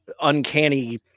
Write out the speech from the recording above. uncanny